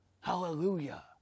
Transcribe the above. Hallelujah